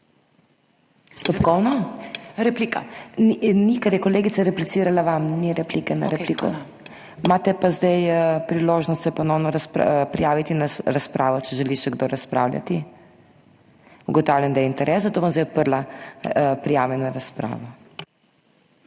iz dvorane/ Ni, ker je kolegica replicirala vam. Ni replike na repliko. Zdaj se imate priložnost ponovno prijaviti na razpravo, če želi še kdo razpravljati. Ugotavljam, da je interes, zato bom zdaj odprla prijave na razpravo.